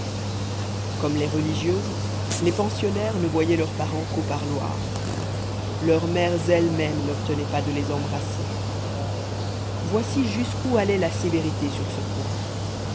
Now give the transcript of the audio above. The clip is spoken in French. comme les religieuses les pensionnaires ne voyaient leurs parents qu'au parloir leurs mères elles-mêmes n'obtenaient pas de les embrasser voici jusqu'où allait la sévérité sur ce point